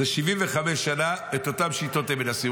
75 שנה את אותן שיטות הם מנסים.